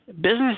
business